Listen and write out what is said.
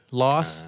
loss